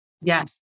Yes